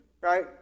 right